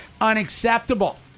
Unacceptable